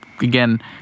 again